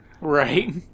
Right